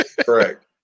Correct